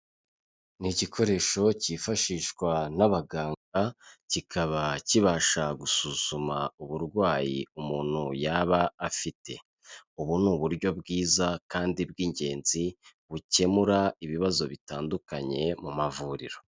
Ni igikoresho cyifashishwa n'abaganga kikaba kibasha gusuzuma uburwayi umuntu yaba afite, ubu ni uburyo bwiza kandi bw'ingenzi bukemura ibibazo bitandukanye mu mavuriro.